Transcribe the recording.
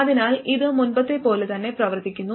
അതിനാൽ ഇത് മുമ്പത്തെപ്പോലെ തന്നെ പ്രവർത്തിക്കുന്നു